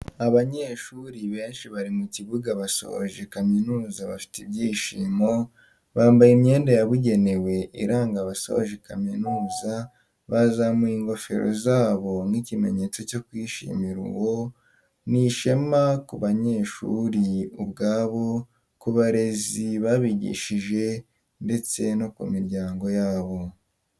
Abanyeshuri benshi bari mu kibuga basoje kamizuza bafite ibyishimo, bambaye imyenda yabugenewe iranga abasoje kaminuza bazamuye ingofero zabo nk'ikimenyetso cyo kwishimira uwo, ni ishema ku banyeshuri ubwabo, ku barezi babigishije ndetse no ku miryango yabo.